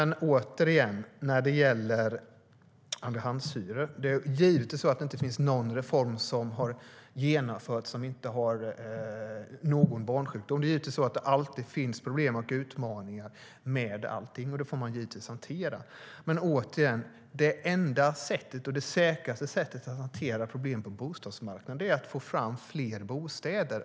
Det enda och säkra sättet att hantera problem på bostadsmarknaden är att få fram fler bostäder.